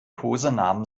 kosenamen